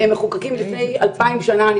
הם מחוקקים מלפני אלפיים שנה.